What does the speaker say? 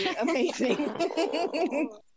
amazing